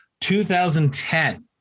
2010